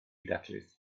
daclus